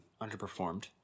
underperformed